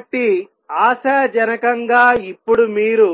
కాబట్టి ఆశాజనకంగా ఇప్పుడు మీరు